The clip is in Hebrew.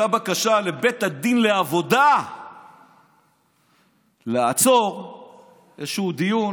אני קורא שלפחות הייתה בקשה לבית הדין לעבודה לעצור איזשהו דיון